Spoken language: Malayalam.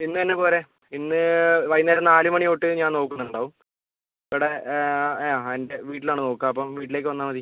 ഇന്ന് തന്നെ പോര് ഇന്ന് വൈന്നേരം നാല് മണി തൊട്ട് ഞാൻ നോക്കുന്നുണ്ടാവും ഇവിടെ ആ എൻ്റെ വീട്ടിലാണ് നോക്കുക അപ്പോൾ വീട്ടിലേക്ക് വന്നാൽ മതി